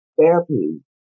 therapy